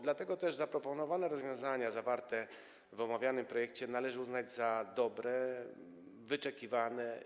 Dlatego też zaproponowane rozwiązania zawarte w omawianym projekcie należy uznać za dobre, oczekiwane.